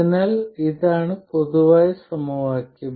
അതിനാൽ ഇതാണ് പൊതുവായ സമവാക്യം